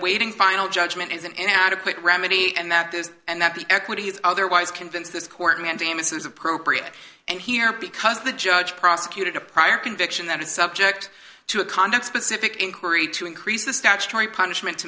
awaiting final judgment is an inadequate remedy and that this and that the equity is otherwise convince this court mandamus was appropriate and here because the judge prosecuted a prior conviction that is subject to a conduct specific inquiry to increase the statutory punishment